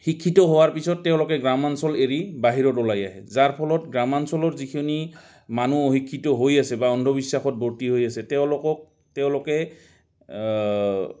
শিক্ষিত হোৱাৰ পিছত তেওঁলোকে গ্ৰাম্যাঞ্চল এৰি বাহিৰত ওলাই আহে যাৰ ফলত গ্ৰাম্যাঞ্চলৰ যিখিনি মানুহ অশিক্ষিত হৈ আছে বা অন্ধবিশ্বাসত বৰ্তি হৈ আছে তেওঁলোকক তেওঁলোকে